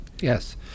Yes